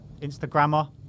Instagrammer